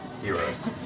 Heroes